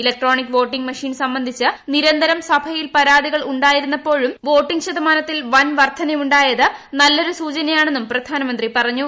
electronic voting machine സംബന്ധിച്ച് നിരന്തരം സഭയിൽ പരാതികൾ ഉ ായിരുന്നപ്പോഴും വോട്ടിംഗ് ശതമാനത്തിൽ വൻ വർദ്ധന ഉ ായത് നല്ലൊരു സൂചനയാണെന്നും പ്രധാനമന്ത്രി പറഞ്ഞു